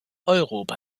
europa